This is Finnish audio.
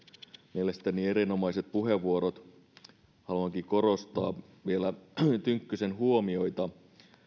mielestäni erinomaiset puheenvuorot haluankin korostaa vielä tynkkysen huomioita